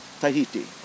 Tahiti